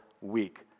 week